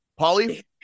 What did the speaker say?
Pauly